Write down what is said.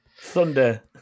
Thunder